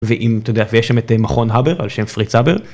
ואם, אתה יודע, ויש שם את המכון הבר, על שם פריץ הבר.